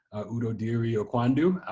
udodiri okwandu,